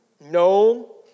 No